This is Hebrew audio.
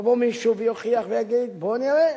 יבוא מישהו ויוכיח ויגיד: בוא נראה,